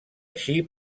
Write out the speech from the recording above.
així